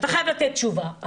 אתה חייב לתת תשובה.